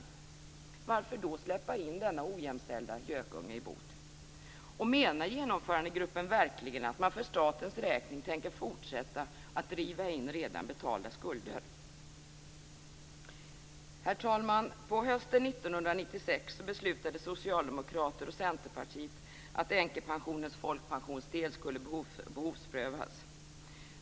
Varför då släppa in denna ojämställda gökunge i boet? Menar Genomförandegruppen verkligen att man för statens räkning tänker fortsätta att driva in redan betalda skulder? Herr talman! På hösten 1996 beslutade socialdemokrater och centerpartister att änkepensionens folkpensionsdel skulle behovsprövas.